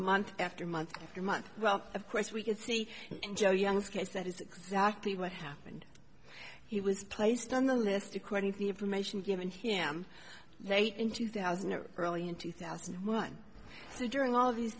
month after month after month well of course we can see in joe young's case that is exactly what happened he was placed on the list according to the information given him late in two thousand or early in two thousand and one during all of these